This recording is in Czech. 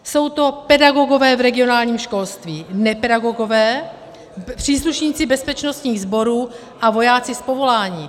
Jsou to pedagogové v regionálním školství, nepedagogové, příslušníci bezpečnostních sborů a vojáci z povolání.